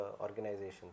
organizations